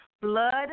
blood